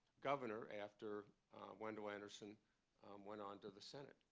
governor after wendell anderson went on to the senate.